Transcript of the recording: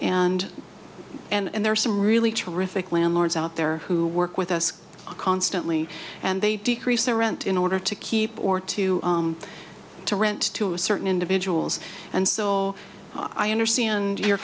and and there are some really terrific landlords out there who work with us constantly and they decrease their rent in order to keep or to to rent to a certain individuals and so i understand your